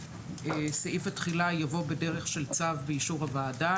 סעיף התחילה יבוא בדרך של צו באישור הוועדה.